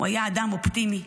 הוא היה אדם אופטימי,